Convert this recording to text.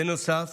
בנוסף,